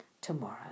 tomorrow